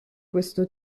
questo